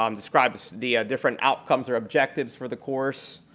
um describes the different outcomes or objectives for the course,